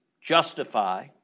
justify